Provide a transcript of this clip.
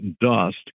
dust